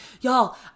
Y'all